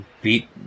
beat